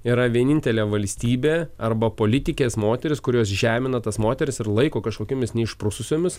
yra vienintelė valstybė arba politikės moterys kurios žemina tas moteris ir laiko kažkokiomis neišprususiomis